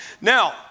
Now